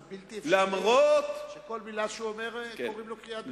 זה בלתי אפשרי שכל מלה שהוא אומר קוראים לו קריאת ביניים.